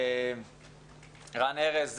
רן ארז,